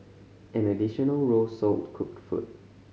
an additional row sold cooked food